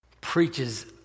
preaches